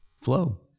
flow